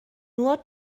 nur